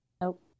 Nope